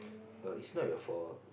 err it's not your fault